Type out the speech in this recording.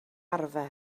arfer